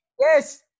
Yes